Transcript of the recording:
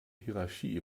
hierarchie